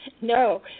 No